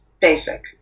basic